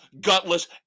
gutless